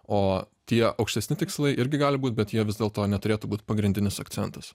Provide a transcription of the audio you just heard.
o tie aukštesni tikslai irgi gali būt bet jie vis dėlto neturėtų būt pagrindinis akcentas